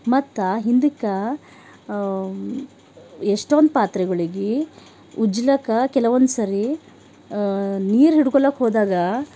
ಮತ್ತು ಹಿಂದಿಕ್ಕೆ ಎಷ್ಟೊಂದು ಪಾತ್ರೆಗಳಿಗೆ ಉಜ್ಜ್ಲಾಕ್ಕ ಕೆಲವೊಂದು ಸರಿ ನೀರು ಹಿಡ್ಕೊಳ್ಳಾಕ ಹೋದಾಗ